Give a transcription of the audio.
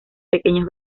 pequeños